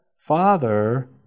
Father